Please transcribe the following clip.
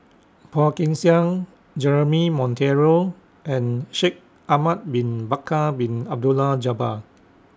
Phua Kin Siang Jeremy Monteiro and Shaikh Ahmad Bin Bakar Bin Abdullah Jabbar